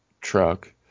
truck